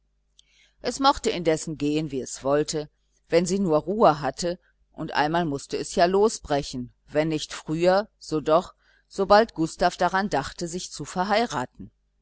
es mochte indessen gehen wie es wollte wenn sie nur ruhe hatte und einmal mußte es ja losbrechen wenn nicht früher so doch sobald gustav daran dachte sich zu verheiraten